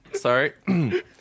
Sorry